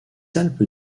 alpes